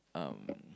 um